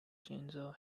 chainsaw